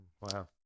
wow